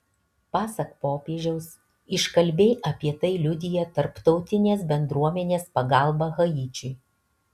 pasak popiežiaus iškalbiai apie tai liudija tarptautinės bendruomenės pagalba haičiui